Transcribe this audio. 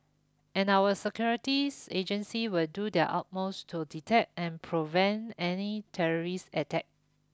and our securities agencies will do their utmost to detect and prevent any terrorist attack